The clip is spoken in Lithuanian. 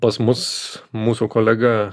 pas mus mūsų kolega